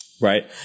right